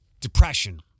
depression